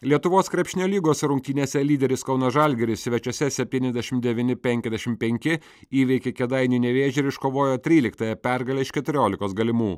lietuvos krepšinio lygos rungtynėse lyderis kauno žalgiris svečiuose septyniasdešim devyni penkiasdešim penki įveikė kėdainių nevėžį ir iškovojo tryliktąją pergalę iš keturiolikos galimų